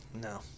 No